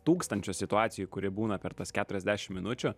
tūkstančio situacijų kuri būna per tas keturiasdešimt minučių